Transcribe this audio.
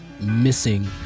missing